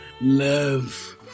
love